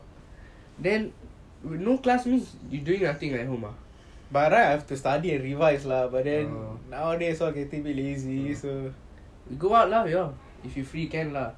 then no class means you doing nothing at home ah